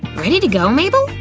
ready to go, mayble?